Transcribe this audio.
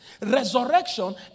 Resurrection